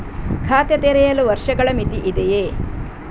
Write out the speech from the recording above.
ಖಾತೆ ತೆರೆಯಲು ವರ್ಷಗಳ ಮಿತಿ ಇದೆಯೇ?